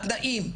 התנאים,